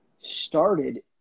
started